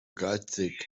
geizig